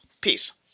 Peace